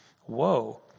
whoa